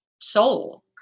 soul